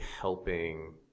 helping